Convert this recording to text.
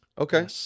Okay